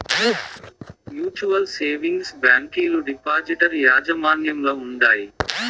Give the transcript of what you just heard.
mutual savings బ్యాంకీలు depositor యాజమాన్యంల ఉండాయి